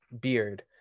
beard